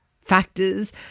factors